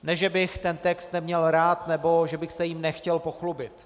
Ne že bych ten text neměl rád nebo že bych se jím nechtěl pochlubit.